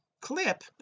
clip